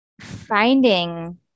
finding